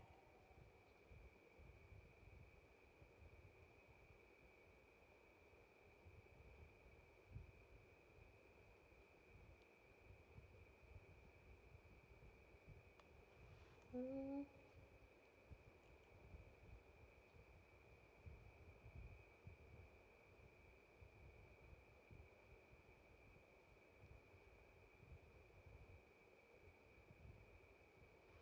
mm